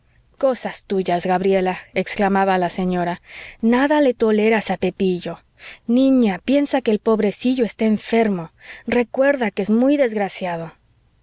cosas tuyas gabriela exclamaba la señora nada le toleras a pepillo niña piensa que el pobrecillo está enfermo recuerda que es muy desgraciado